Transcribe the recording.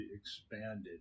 expanded